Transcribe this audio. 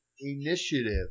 initiative